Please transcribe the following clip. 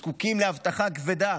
זקוקים לאבטחה כבדה